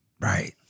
Right